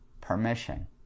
permission